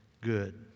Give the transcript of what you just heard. good